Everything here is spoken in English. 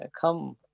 come